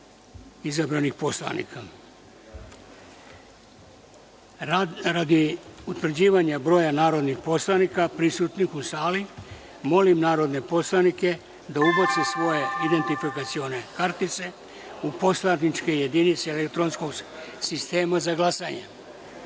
narodnih poslanika. Radi utvrđivanja broja narodnih poslanika prisutnih u sali, molim narodne poslanike da ubace svoje identifikacione kartice u poslaničke jedinice elektronskog sistema za